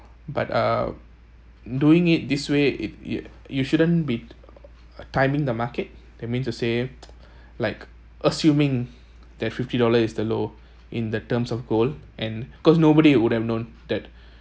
but uh doing it this way you you shouldn't be timing the market that mean to say like assuming that fifty dollars is the low in the terms of gold and cause nobody would have known that